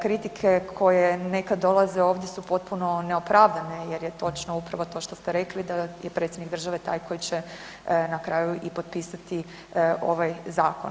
Kritike koje nekad dolaze ovdje su potpuno neopravdane jer je točno upravo to što ste rekli, da je predsjednik države taj koji će na kraju i potpisati ovaj zakon.